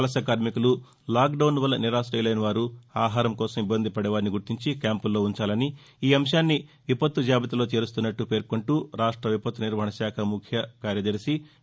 వలస కార్మికులు లాక్డౌస్ వల్ల నిరారయులైనవారు ఆహారం కోసం ఇబ్బందిపదే వారిని గుర్తించి క్యాంవ్ల్లో ఉంచాలని ఈ అంశాన్ని విపత్తు జాబితాలో చేరుస్తున్నట్లు పేర్కొంటూ రాష్ట విపత్తు నిర్వహణ శాఖ ముఖ్య కార్యదర్శి వి